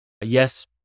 yes